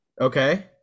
okay